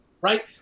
right